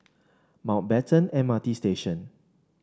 Mountbatten M R T Station